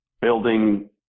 building